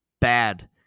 bad